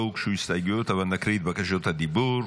לא הוגשו הסתייגויות אבל אקריא את בקשות הדיבור: